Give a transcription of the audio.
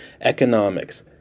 Economics